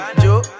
Jo